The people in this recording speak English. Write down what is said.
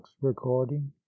recording